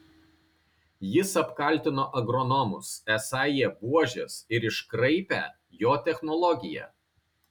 jis apkaltino agronomus esą jie buožės ir iškraipę jo technologiją